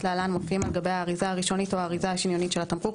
להלן מופיעים על גבי האריזה הראשונית או האריזה השניונית של התמרוק,